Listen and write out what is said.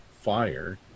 fire